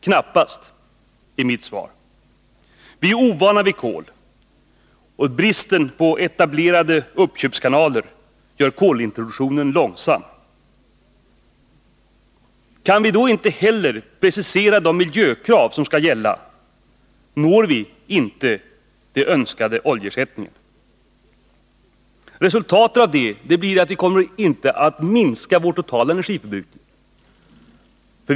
Knappast, är mitt svar. Vi är ovana vid kol, och bristen på etablerade uppköpskanaler gör kolintroduktionen långsam. Kan vi då inte heller precisera de miljökrav som skall gälla når vi inte fram till den önskade oljeersättningen. Resultatet av det blir att vi inte kommer att minska vår totala energiförbrukning.